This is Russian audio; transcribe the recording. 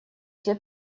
где